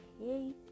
hey